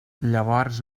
llavors